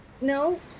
No